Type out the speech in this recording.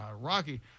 Rocky—